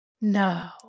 No